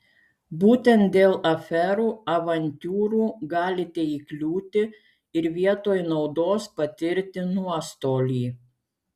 būtent dėl aferų avantiūrų galite įkliūti ir vietoj naudos patirti nuostolį